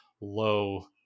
low